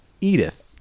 Edith